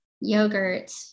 yogurt